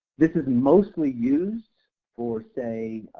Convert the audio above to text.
this is mostly used for say